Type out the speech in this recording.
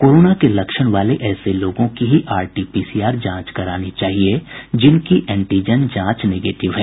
corona के लक्षण वाले ऐसे लोगों की ही आरटी पीसीआर जांच करानी चाहिए जिनकी एंटीजन जांच नेगेटिव है